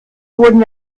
wurden